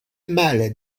malles